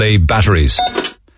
batteries